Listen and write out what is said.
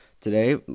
today